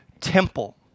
temple